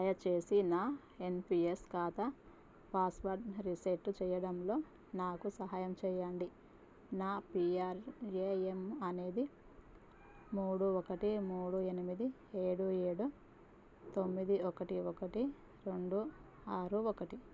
దయచేసి నా ఎన్పీఎస్ ఖాతా పాస్వర్డ్ రిసెట్ చెయ్యడంలో నాకు సహాయం చెయ్యండి నా పీఆర్ఏఎమ్ అనేది మూడు ఒకటి మూడు ఎనిమిది ఏడు ఏడు తొమ్మిది ఒకటి ఒకటి రెండు ఆరు ఒకటి